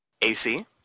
AC